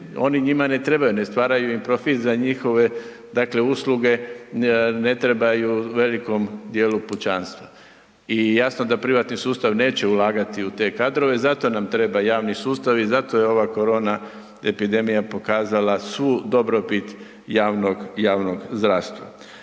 oni njima ne trebaju, ne stvaraju im profit za njihove, dakle usluge, ne trebaju velikom dijelu pučanstva. I jasno da privatni sustav neće ulagati u te kadrove, zato nam treba javni sustav i zato je ova korona epidemija pokazala svu dobrobit javnog, javnog zdravstva.